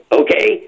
okay